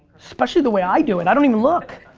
specially the way i do it, i don't even look!